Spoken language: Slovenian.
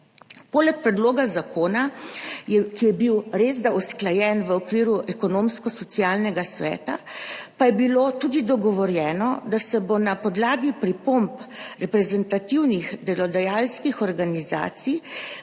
Poleg predloga zakona, ki je bil resda usklajen v okviru Ekonomsko-socialnega sveta, pa je bilo tudi dogovorjeno, da se bo na podlagi pripomb reprezentativnih delodajalskih organizacij